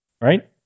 Right